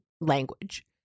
language